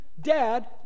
Dad